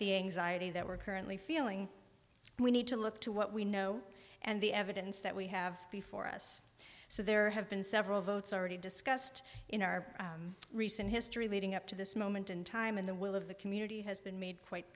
the anxiety that we're currently feeling and we need to look to what we know and the evidence that we have before us so there have been several votes already discussed in our recent history leading up to this moment in time when the will of the community has been made quite